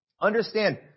understand